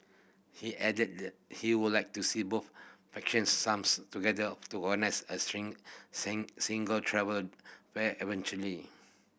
he added that he would like to see both factions somes together to organise a single travel fair eventually